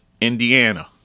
Indiana